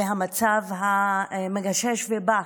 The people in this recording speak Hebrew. את המצב הממשמש ובא